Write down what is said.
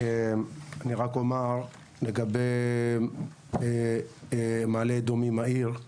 אני רק אומר לגבי מעלה אדומים העיר,